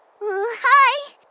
Hi